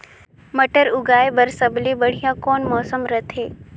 मटर उगाय बर सबले बढ़िया कौन मौसम रथे?